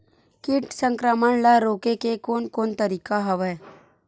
कीट संक्रमण ल रोके के कोन कोन तरीका हवय?